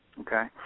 okay